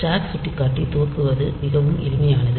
stock சுட்டிக்காட்டி துவக்குவது மிகவும் எளிமையானது